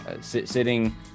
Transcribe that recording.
sitting